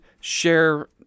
share